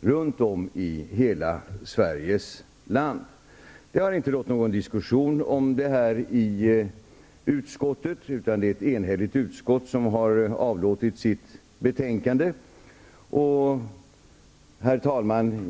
runt om i hela Sveriges land. bDet har inte rått någon diskussion om det här i utskottet, utan det är ett enhälligt utskott som har avlåtit sitt betänkande. Herr talman!